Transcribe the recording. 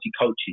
coaches